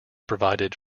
provided